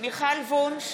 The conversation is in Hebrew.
מיכל וונש,